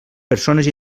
persones